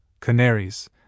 Canaries